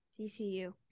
tcu